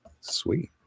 Sweet